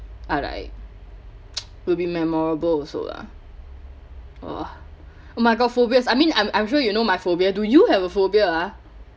are like will be memorable also lah !wah! oh my god phobias I mean I'm I'm sure you know my phobia do you have phobia ah